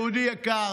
יהודי יקר,